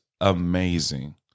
amazing